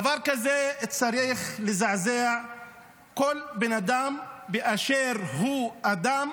דבר כזה צריך לזעזע כל בן אדם באשר הוא אדם,